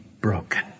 broken